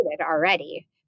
already